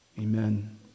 Amen